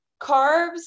carbs